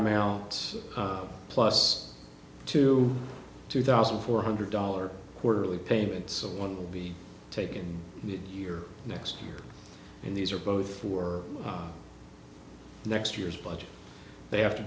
amount plus two two thousand four hundred dollars quarterly payments of one will be taken the year next year and these are both for next year's budget they have to